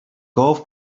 golf